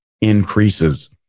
increases